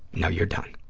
no, you're done.